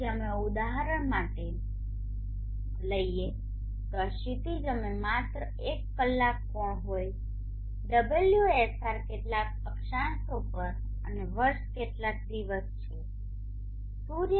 તેથી અમે ઉદાહરણ માટે લઇ તો આ ક્ષિતિજ અમે માત્ર એક કલાક કોણ હોય ωsr કેટલાક અક્ષાંશો પર અને વર્ષ કેટલાક દિવસછે